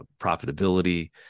profitability